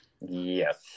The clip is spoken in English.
Yes